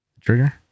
trigger